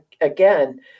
again